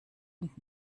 und